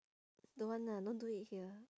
don't want lah don't do it here